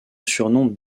surnom